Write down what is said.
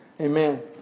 Amen